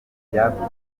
ibyavuzwe